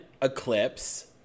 Eclipse